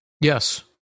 Yes